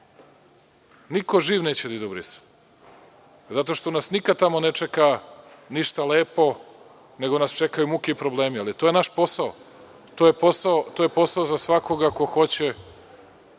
Niko živ neće da ide u Brisel zato što nas tamo nikada ne čeka ništa lepo, nego nas čekaju muke i problemi, ali to je naš posao. To je posao za svakoga ko hoće…